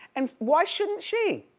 and why shouldn't she?